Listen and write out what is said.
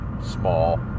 small